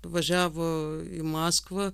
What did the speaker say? važiavo į maskvą